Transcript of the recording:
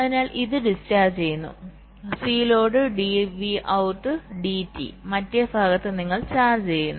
അതിനാൽ ഇത് ഡിസ്ചാർജ് ചെയ്യുന്നു Cload dVout dt മറ്റേ ഭാഗത്ത് നിങ്ങൾ ചാർജ് ചെയ്യുന്നു